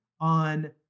on